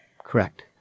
Correct